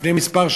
לפני כמה שנים,